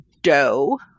dough